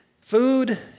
Food